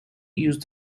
used